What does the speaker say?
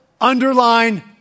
underline